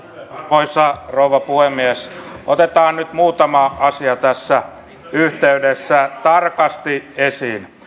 arvoisa rouva puhemies otetaan nyt muutama asia tässä yhteydessä tarkasti esiin